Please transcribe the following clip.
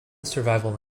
survival